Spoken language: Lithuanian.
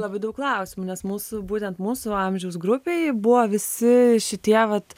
labai daug klausimų nes mūsų būtent mūsų amžiaus grupėj buvo visi šitie vat